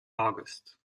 august